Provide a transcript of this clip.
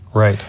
right.